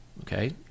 okay